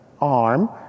arm